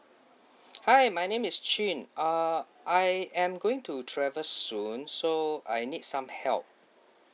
hi my name is chin uh I am going to travel soon so I need some help